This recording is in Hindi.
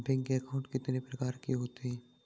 बैंक अकाउंट कितने प्रकार के होते हैं?